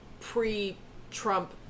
pre-Trump